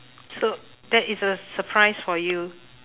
so that is a surprise for you